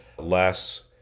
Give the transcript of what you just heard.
less